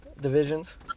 divisions